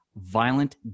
violent